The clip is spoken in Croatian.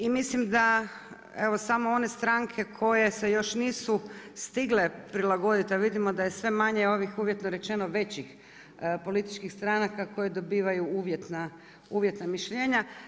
I mislim da samo one stranke koje se još nisu stigle prilagoditi, a vidimo da je sve manje ovih uvjetno rečeno većih političkih stranka koje dobivaju uvjetna mišljenja.